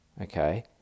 okay